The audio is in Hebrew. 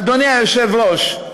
אדוני היושב-ראש,